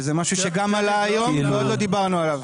וזה משהו שגם עלה היום ועוד לא דיברנו עליו.